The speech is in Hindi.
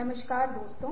हेलो दोस्तों